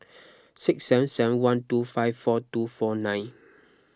six seven seven one two five four two four nine